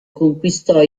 conquistò